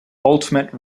ultimate